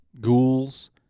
Ghouls